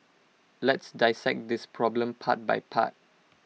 let's dissect this problem part by part